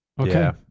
Okay